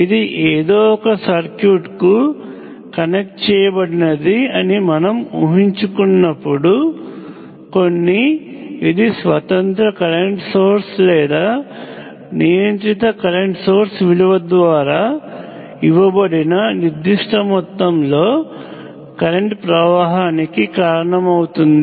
ఇది ఎదో ఒక సర్క్యూట్ కు కనెక్ట్ చేయబడినది అని మనం ఊహించుకున్నపుడు కొన్ని ఇది స్వతంత్ర కరెంట్ సోర్స్ లేదా నియంత్రిత కరెంట్ సోర్స్ విలువ ద్వారా ఇవ్వబడిన నిర్దిష్ట మొత్తంలో కరెంట్ ప్రవాహానికి కారణమవుతుంది